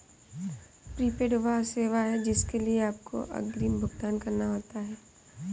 prepaid वह सेवा है जिसके लिए आपको अग्रिम भुगतान करना होता है